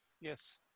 yes